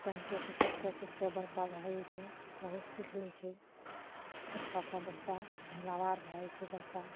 कनिटोसँ सीखते सिखते बड़का भए जाइ छै बहुत सीख लै छै छोटका सब बच्चा हेलाबार भए जाइ छै बड़का